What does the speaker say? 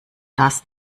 das